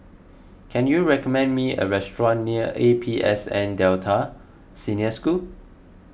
can you recommend me a restaurant near A P S N Delta Senior School